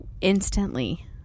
instantly